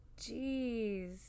Jeez